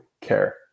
care